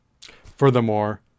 Furthermore